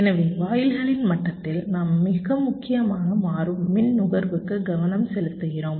எனவே வாயில்களின் மட்டத்தில் நாம் முக்கியமாக மாறும் மின் நுகர்வுக்கு கவனம் செலுத்துகிறோம்